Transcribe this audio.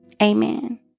Amen